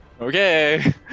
Okay